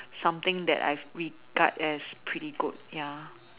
something that I've regard as pretty good ya